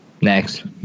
Next